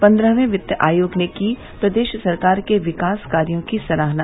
पन्द्रहवें वित्त आयोग ने की प्रदेश सरकार के विकास कार्यो की सराहना